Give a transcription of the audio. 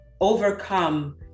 overcome